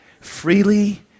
Freely